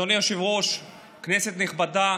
אדוני היושב-ראש, כנסת נכבדה,